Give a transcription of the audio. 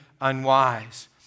unwise